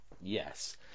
Yes